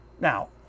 Now